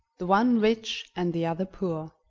the one rich and the other poor.